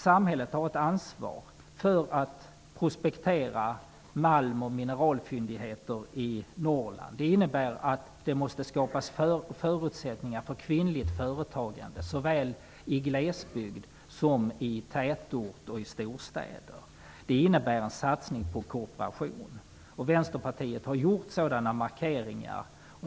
Samhället har ett ansvar för att prospektera malm och mineralfyndigheter i Norrland. Det måste skapas förutsättningar för kvinnligt företagande såväl i glesbygd som i tätort och i storstäder. En bra näringspolitik innebär en satsning på kooperation. Vänsterpartiet har gjort sådana markeringar.